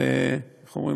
איך אומרים,